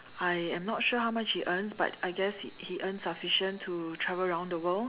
I am not sure how much he earns but I guess he he earns sufficient to travel around the world